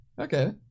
okay